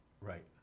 Right